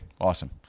awesome